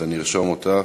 אני ארשום אותך.